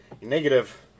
negative